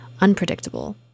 Unpredictable